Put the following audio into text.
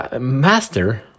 master